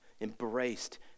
embraced